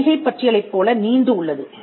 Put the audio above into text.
மளிகைப் பட்டியலைப் போல நீண்டு உள்ளது